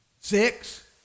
Six